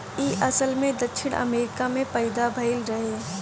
इ असल में दक्षिण अमेरिका में पैदा भइल रहे